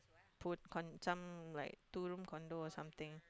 put con~ some like two room condo or something